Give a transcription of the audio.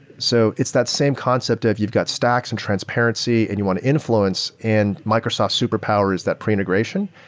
so it's that same concept if you've got stacks and transparency and you want to influence and microsoft super power is that pre-integration,